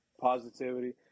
positivity